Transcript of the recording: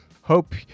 hope